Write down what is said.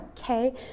Okay